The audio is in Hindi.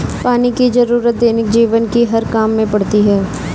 पानी की जरुरत दैनिक जीवन के हर काम में पड़ती है